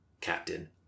captain